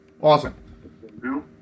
Awesome